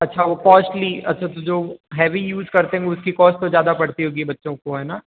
अच्छा वो कॉस्टली अच्छा तो जो हैवी यूज़ करते हैं उसकी कॉस्ट तो ज़्यादा पड़ती होगी बच्चों को है ना